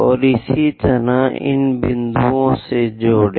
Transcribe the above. और इसी तरह इन बिंदुओं से जुड़ें